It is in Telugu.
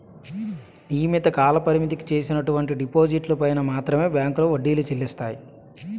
నియమిత కాలపరిమితికి చేసినటువంటి డిపాజిట్లు పైన మాత్రమే బ్యాంకులో వడ్డీలు చెల్లిస్తాయి